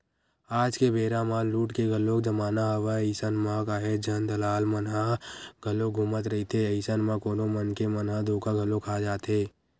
आज के बेरा म लूट के घलोक जमाना हवय अइसन म काहेच झन दलाल मन ह घलोक घूमत रहिथे, अइसन म कोनो मनखे मन ह धोखा घलो खा जाथे